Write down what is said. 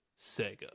Sega